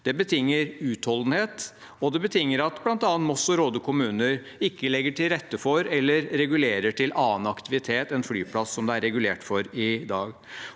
Det betinger utholdenhet, og det betinger at bl.a. Moss og Råde kommuner ikke legger til rette for eller regulerer til annen aktivitet enn flyplass, som det er regulert for i dag.